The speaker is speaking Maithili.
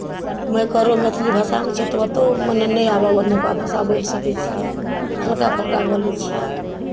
नहि ककरो मैथिली भाषा अबै छै तऽ ओतहु मने नहि आबय लेल ओनुका भाषा बोलि सकै छियै हल्का फल्का बोलै छियै